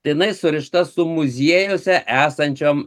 jinai surišta su muziejuose esančiom